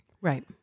Right